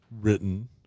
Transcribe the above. written